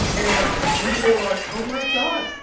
and we realized, oh my god.